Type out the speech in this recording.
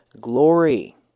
glory